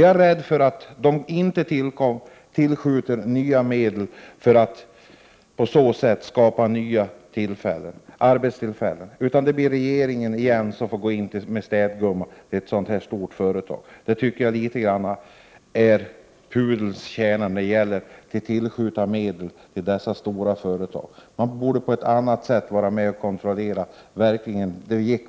Jag är rädd för att det inte kommer att tillskjutas nya medel för att på så sätt skapa nya arbetstillfällen. Det blir återigen regeringen som får gå in som ”städgumma” i ett sådant här stort företag. Häri ligger litet grand av pudelns kärna när det gäller att tillskjuta medel till dessa stora företag. Man borde på ett annat sätt vara med och kontrollera att medlen verkligen